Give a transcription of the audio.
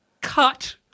Cut